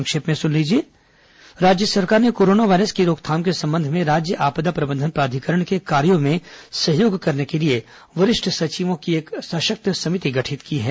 संक्षिप्त समाचार राज्य सरकार ने कोरोना वायरस की रोकथाम के संबंध में राज्य आपदा प्रबंधन प्राधिकरण के कार्यो में सहयोग करने के लिए वरिष्ठ सचिवों की एक सशक्त समिति गठित की है